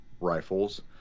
rifles